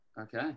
Okay